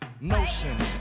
Notions